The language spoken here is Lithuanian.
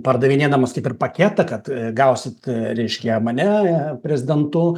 pardavinėdamas kaip ir paketą kad gausit reiškią mane prezidentu